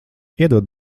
iedod